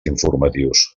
informatius